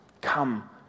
Come